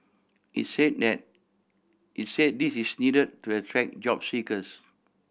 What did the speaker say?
it said that it said this is needed to attract job seekers